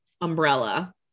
umbrella